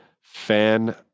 fan